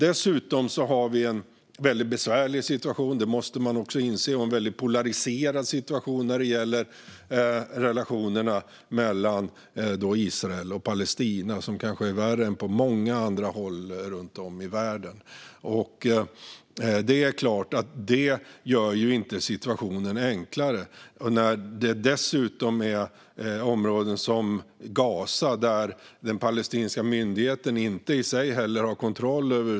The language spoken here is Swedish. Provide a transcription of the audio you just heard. Dessutom har vi en väldigt besvärlig situation - det måste man inse - och en väldigt polariserad situation när det gäller relationerna mellan Israel och Palestina, som kanske är värre än på många andra håll runt om i världen. Det gör ju inte situationen enklare att det dessutom finns områden som Gaza, som den palestinska myndigheten inte har kontroll över.